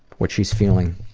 what she's feeling.